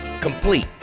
Complete